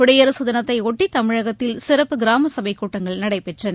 குடியரசுதினத்தை ஒட்டி தமிழகத்தில் சிறப்பு கிராமசபை கூட்டங்கள் நடைபெற்றன